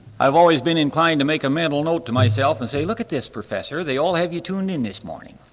i've always been inclined to make a mental note to myself and say look at this professor they all have you tuned in this morning.